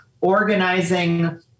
organizing